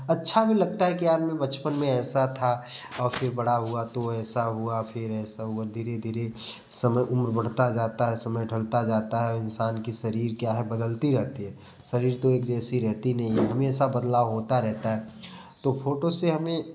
अच्छा भी लगता है कि यार मैं बचपन में ऐसा था और फिर बड़ा हुआ तो ऐसा फिर ऐसा हुआ धीरे धीरे समय उम्र बढ़ता जाता है समय ढलता जाता है इंसान कि शरीर क्या है बदलती रहती है शरीर तो एक जैसी रहती नहीं है हमेशा बदलाव होता रहता है तो फोटो से हमें